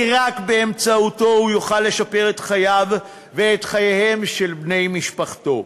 כי רק באמצעותו הוא יוכל לשפר את חייו ואת חייהם של בני משפחתו.